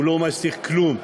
הוא לא מסתיר כלום.